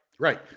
Right